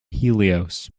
helios